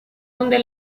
donde